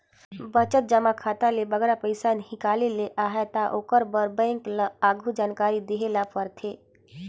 बचत जमा खाता ले बगरा पइसा हिंकाले ले अहे ता ओकर बर बेंक ल आघु जानकारी देहे ले परथे